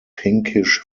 pinkish